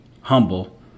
humble